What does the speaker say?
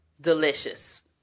delicious